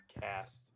cast